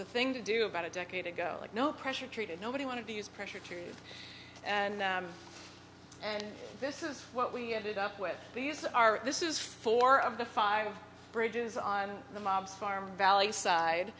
the thing to do about a decade ago like no pressure treated nobody wanted to use pressure treated and and this is what we ended up with these are this is four of the five bridges on the mobs farm valley side